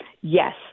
Yes